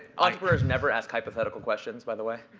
entrepreneurs never ask hypothetical questions, by the way.